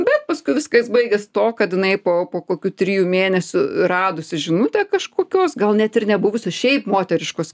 bet paskui viskas baigės tuo kad jinai po po kokių trijų mėnesių radusi žinutę kažkokios gal net ir ne buvusios šiaip moteriškos